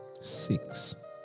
Six